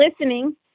listening